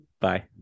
Bye